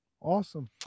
Awesome